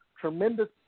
Tremendous